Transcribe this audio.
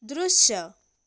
दृश्य